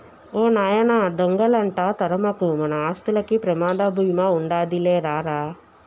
ఓ నాయనా దొంగలంట తరమకు, మన ఆస్తులకి ప్రమాద బీమా ఉండాదిలే రా రా